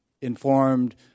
informed